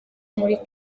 muri